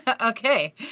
Okay